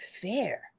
fair